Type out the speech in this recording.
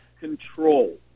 control